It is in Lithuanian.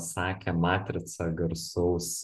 sakė matrica garsaus